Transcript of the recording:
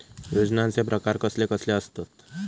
योजनांचे प्रकार कसले कसले असतत?